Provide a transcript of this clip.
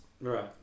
Right